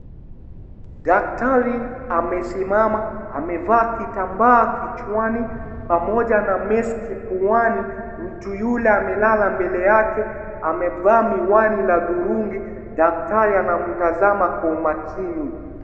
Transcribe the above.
Daktari amesimama. Amevaa kitambaa kichwani, pamoja na maski puani. Mtu yule, amelala mbele yake, amevaa miwani ya hudhurungi. Daktari anamtazama kwa umakini.